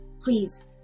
Please